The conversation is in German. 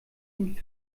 und